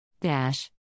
Dash